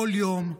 כל יום.